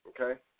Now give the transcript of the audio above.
Okay